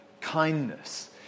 kindness